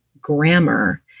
grammar